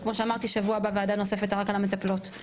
כמו שאמרתי שבוע הבא ועדה נוספת רק על המטפלות.